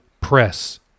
press